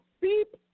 Beep